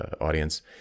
audience